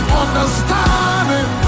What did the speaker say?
understanding